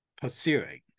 pursuing